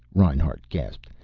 reinhart gasped.